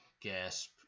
gasp